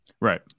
Right